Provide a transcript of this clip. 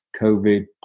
COVID